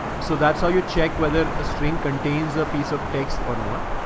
so that's how you check whether a string contains a piece of text or not.